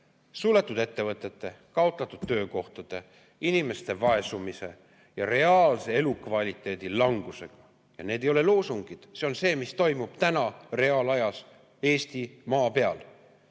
suletud ettevõtete, kaotatud töökohtade, inimeste vaesumise ja reaalse elukvaliteedi langusega. Ja need ei ole loosungid, see on see, mis toimub täna reaalajas Eestimaa peal. Võiks